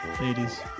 Ladies